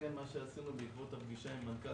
מה שעשינו בעקבות הפגישה עם מנכ"ל